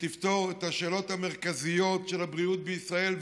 שתפתור את השאלות המרכזיות של הבריאות בישראל,